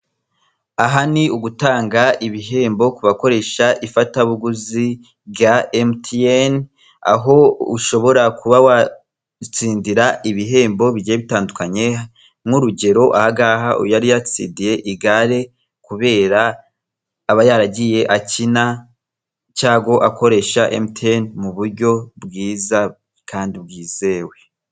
Aha ni ugutanga ibihembo ku bakoresha ifatabuguzi rya emutiyeni, aho ushobora kuba watsindira ibihembo bigiye bitandukanye. Nk'urugero: aha ngaha uyu yari yatsindiye igare kubera ko aba yaragiye akina, cyangwa akoresha emutiyeni mu buryo bwiza kandi bwizewe.